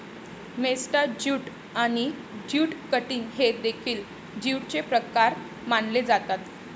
मेस्टा jute आणि jute cutting हे देखील ज्यूटचे प्रकार मानले जातात